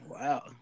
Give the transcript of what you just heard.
Wow